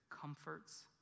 comforts